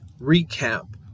recap